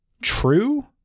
true